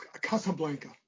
Casablanca